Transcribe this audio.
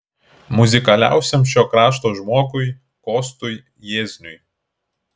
muzikaliausiam šio krašto žmogui kostui jiezniui